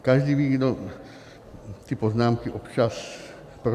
Každý ví, kdo ty poznámky občas pronáší.